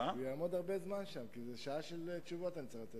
שעה של תשובות אני צריך לתת.